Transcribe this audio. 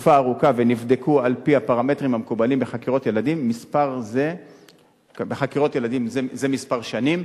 תקופה ארוכה ונבדקו על-פי הפרמטרים המקובלים בחקירות ילדים זה כמה שנים,